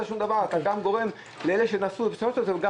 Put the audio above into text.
שום דבר ואתה בעצם גורם לפגיעה גם באלה שנסעו קודם.